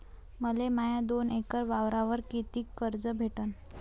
मले माया दोन एकर वावरावर कितीक कर्ज भेटन?